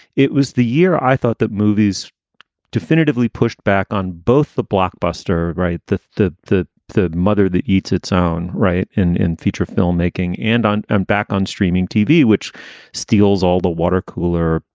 it was the year i thought that movies definitively pushed back on both the blockbuster. right. the the the the mother that eats its own right in in feature filmmaking and on and back on streaming tv, which steals all the watercooler,